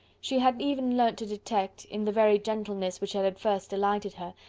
she had even learnt to detect, in the very gentleness which had had first delighted her,